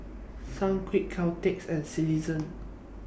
Sunquick Caltex and Citizen